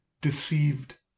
deceived